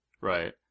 right